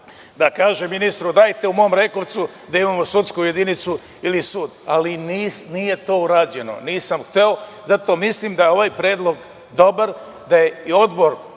da kažem ministru – dajte u mom Rekovcu da imamo sudsku jedinicu ili sud, ali nije to urađeno, nisam hteo i zato mislim da je ovaj predlog dobar, da je poslanički